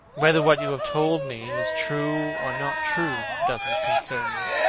whether what you have told me is true or not true doesn't concern me.